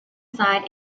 side